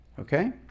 Okay